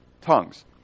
Tongues